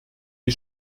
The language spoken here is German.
die